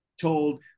told